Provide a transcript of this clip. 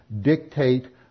dictate